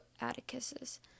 Atticus's